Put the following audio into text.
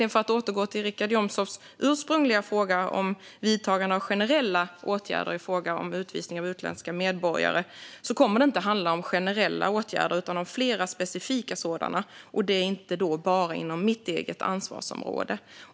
För att återgå till Richard Jomshofs ursprungliga fråga om vidtagande av generella åtgärder i fråga om utvisning av utländska medborgare kommer det inte att handla om generella åtgärder utan om flera specifika sådana, och inte bara inom mitt ansvarsområde.